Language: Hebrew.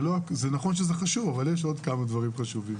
זה נכון שזה חשוב אבל יש עוד כמה דברים חשובים.